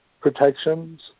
protections